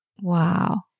Wow